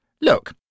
Look